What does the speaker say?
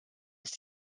ist